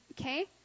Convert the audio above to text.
Okay